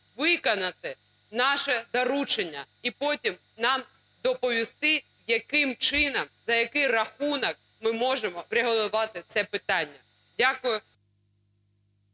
виконати наше доручення і потім нам доповісти, яким чином, за який рахунок ми можемо врегулювати це питання. Дякую.